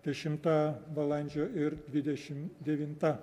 dešimta balandžio ir dvidešim devinta